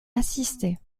assistée